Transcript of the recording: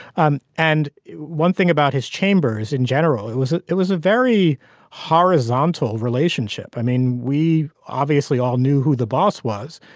um and one thing about his chambers in general it was it it was a very horizontal relationship. i mean we obviously all knew who the boss was.